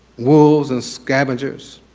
wolves, and scavengers.